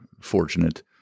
fortunate